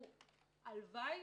ועודנה הלוואי